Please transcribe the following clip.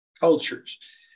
cultures